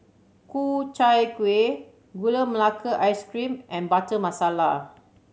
Ku Chai Kuih Gula Melaka Ice Cream and Butter Masala